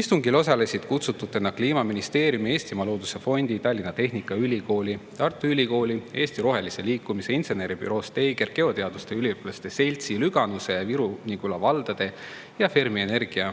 Istungil osalesid kutsututena Kliimaministeeriumi, Eestimaa Looduse Fondi, Tallinna Tehnikaülikooli, Tartu Ülikooli, Eesti Rohelise Liikumise, Inseneribüroo Steiger, Geoteaduste Üliõpilaste Seltsi, Lüganuse ja Viru-Nigula valla ning Fermi Energia